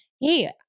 Hey